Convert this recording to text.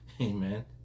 Amen